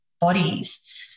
bodies